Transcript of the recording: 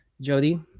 jody